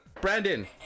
Brandon